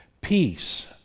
peace